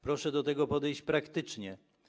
Proszę do tego podejść praktycznie.